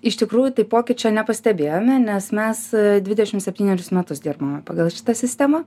iš tikrųjų tai pokyčio nepastebėjome nes mes dvidešimt septynerius metus dirbame pagal šitą sistemą